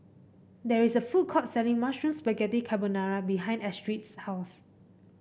there is a food court selling Mushroom Spaghetti Carbonara behind Astrid's house